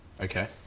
Okay